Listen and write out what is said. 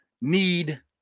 need